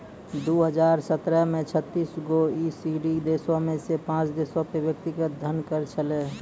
दु हजार सत्रह मे छत्तीस गो ई.सी.डी देशो मे से पांच देशो पे व्यक्तिगत धन कर छलै